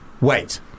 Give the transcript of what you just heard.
wait